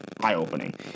eye-opening